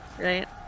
Right